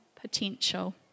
potential